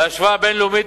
בהשוואה בין-לאומית,